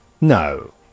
No